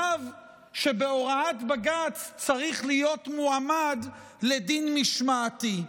רב שבהוראת בג"ץ צריך להיות מועמד לדין משמעתי.